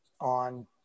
on